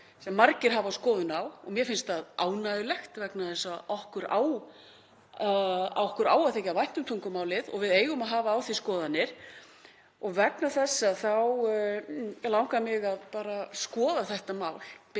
sem margir hafa skoðun á og mér finnst það ánægjulegt vegna þess að okkur á að þykja vænt um tungumálið og við eigum að hafa á því skoðanir. Vegna þess þá langar mig bara skoða þetta mál